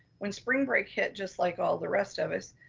when spring break hit just like all the rest of us,